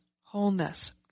wholeness